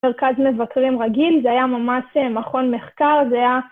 מרכז מבקרים רגיל, זה היה ממש מכון מחקר, זה היה...